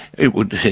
it would.